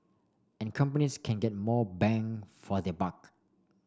and companies can get more bang for their buck